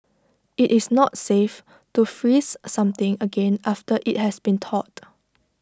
IT is not safe to freeze something again after IT has thawed